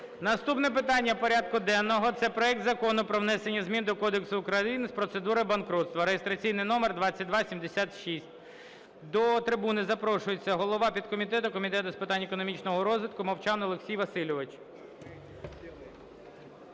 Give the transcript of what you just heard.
Наступне питання порядку денного – це проект Закону про внесення змін до Кодексу України з процедур банкрутства (реєстраційний номер 2276). До трибуни запрошується голова підкомітету Комітету з питань економічного розвитку Мовчан Олексій Васильович.